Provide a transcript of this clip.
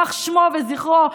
יימח שמו וזכרו,